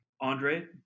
Andre